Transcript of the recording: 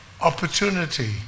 opportunity